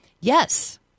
yes